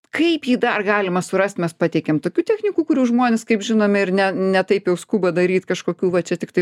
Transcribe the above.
kaip jį dar galima surast mes pateikiam tokių technikų kurių žmonės kaip žinome ir ne ne taip jau skuba daryt kažkokių va čia tiktai